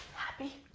happy.